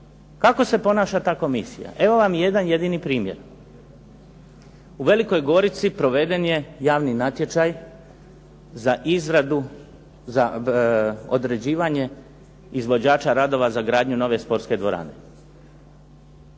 Kako se ponaša ta komisija? Evo vam jedan jedini primjer. U Velikoj Gorici proveden je javni natječaj za izradu za određivanje izvođača radova za gradnju nove sportske dvorane.